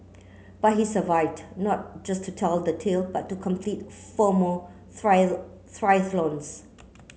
but he survived not just to tell the tale but to complete four more triathlons